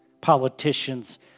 politicians